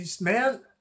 man